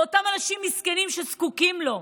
באותם אנשים מסכנים שזקוקים לו.